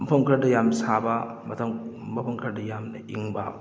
ꯃꯐꯝ ꯈꯔꯗ ꯌꯥꯝ ꯁꯥꯕ ꯃꯐꯝ ꯈꯔꯗ ꯌꯥꯝꯅ ꯏꯪꯕ